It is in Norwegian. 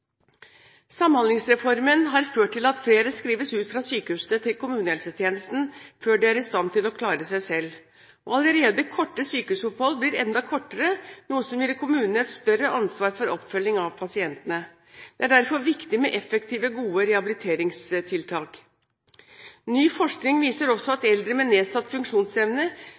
Samhandlingsreformen har ført til at flere skrives ut fra sykehusene til kommunehelsetjenesten før de er i stand til å klare seg selv. Allerede korte sykehusopphold blir enda kortere, noe som gir kommunene et større ansvar for oppfølging av pasientene. Det er derfor viktig med effektive, gode rehabiliteringstiltak. Ny forskning viser også at eldre med nedsatt funksjonsevne